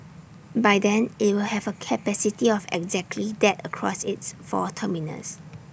by then IT will have A capacity of exactly that across its four terminals